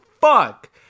fuck